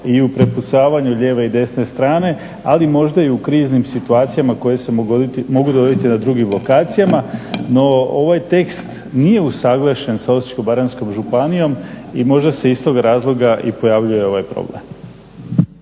i u prepucavanju lijeve i desne strane ali možda i u kriznim situacijama koje se mogu dogoditi na drugim lokacijama. No ovaj tekst nije usuglašen sa Osječko-baranjskom županijom i možda se iz tog razloga i pojavljuje ovaj problem.